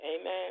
Amen